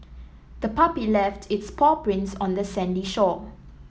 the puppy left its paw prints on the sandy shore